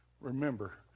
Remember